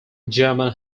german